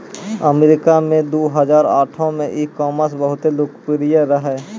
अमरीका मे दु हजार आठो मे ई कामर्स बहुते लोकप्रिय रहै